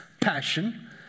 passion